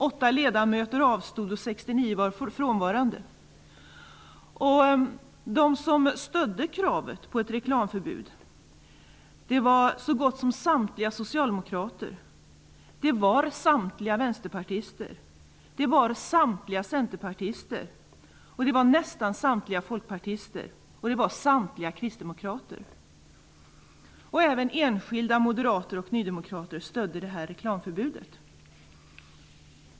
8 ledamöter avstod och 69 var frånvarande. De som stödde kravet på ett reklamförbud var så gott som samtliga socialdemokrater, samtliga vänsterpartister, samtliga centerpartister, nästan samtliga folkpartister och samtliga kristdemokrater. Även enskilda moderater och nydemokrater stödde det här reklamförbudet.